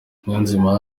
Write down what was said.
niyonzima